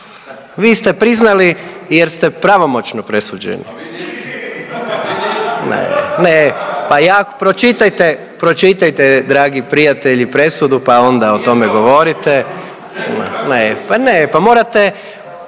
Vi ste priznali jer ste pravomoćno presuđeni. …/Upadica se ne razumije./… Ne, pa ja, pročitajte, pročitajte dragi prijatelji presudu pa onda o tome govorite, ma je, pa ne, pa morate,